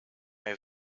mij